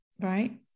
right